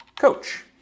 coach